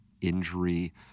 Injury